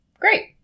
Great